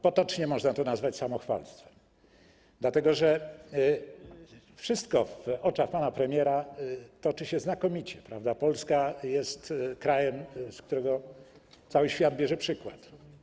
Potocznie można to nazwać samochwalstwem, dlatego że wszystko w oczach pana premiera toczy się znakomicie, Polska jest krajem, z którego cały świat bierze przykład.